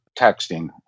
texting